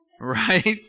right